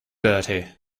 bertie